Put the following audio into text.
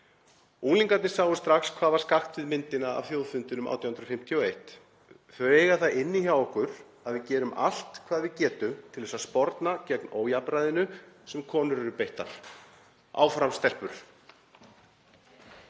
Unglingarnir sáu strax hvað var skakkt við myndina af þjóðfundinum 1851. Þau eiga það inni hjá okkur að við gerum allt hvað við getum til þess að sporna gegn ójafnræðinu sem konur eru beittar. Áfram stelpur.